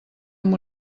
amb